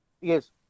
Yes